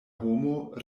homo